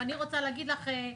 ואני רוצה להגיד לך,